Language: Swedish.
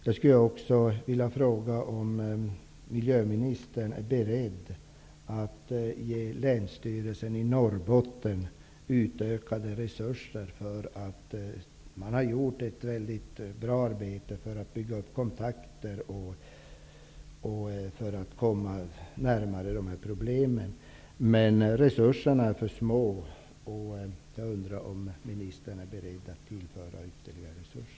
Jag skulle också vilja fråga om miljöminstern är beredd att ge Länsstyrelsen i Norbottens län utökade resurser. Man har gjort ett väldigt bra arbete för att bygga upp kontakter och för att komma närmare problemen, men resurserna är för små. Jag undrar om ministern är beredd att tillföra ytterligare resurser?